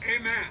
Amen